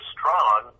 strong